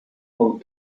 about